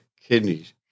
kidneys